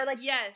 Yes